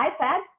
iPad